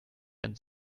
ihren